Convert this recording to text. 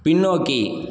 பின்னோக்கி